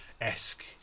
Esque